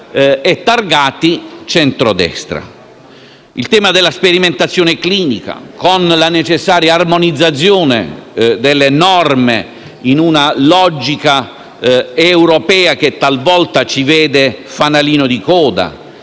e targati centrodestra: il tema della sperimentazione clinica, con la necessaria armonizzazione delle norme in una logica europea, che talvolta ci vede fanalino di coda,